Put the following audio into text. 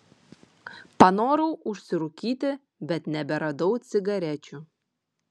panorau užsirūkyti bet neberadau cigarečių